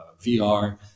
VR